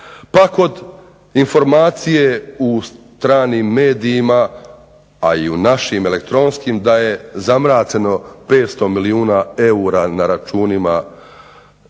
pa kod informacije u stranim medijima, a i u našim elektronskim da je zamračeno 500 milijuna eura na računima